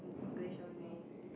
in English only